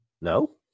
No